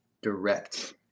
direct